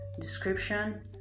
description